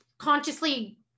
consciously